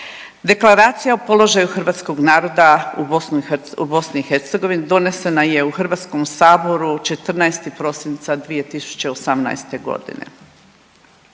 Deklaracija o položaju hrvatskog naroda u BiH donesena je u Hrvatskom saboru 14. prosinca 2018. godine.